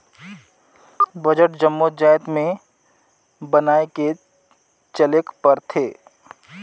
budget जम्मो जाएत में बनाए के चलेक परथे